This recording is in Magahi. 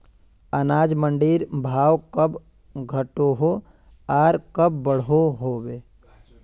अनाज मंडीर भाव कब घटोहो आर कब बढ़ो होबे?